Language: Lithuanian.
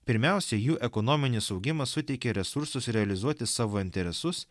pirmiausia jų ekonominis augimas suteikė resursus realizuoti savo interesus